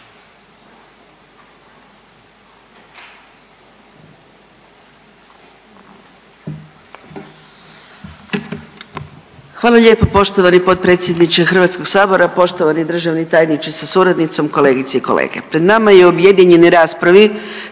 Hvala lijepo poštovani potpredsjedniče Hrvatskog sabora, poštovani državni tajniče sa suradnicom, kolegice i kolege. Pred nama je u objedinjenoj raspravi